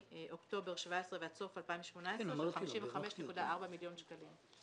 מאוקטובר 17' ועד סוף 2018, של 55.4 מיליון שקלים.